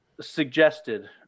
suggested